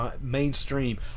mainstream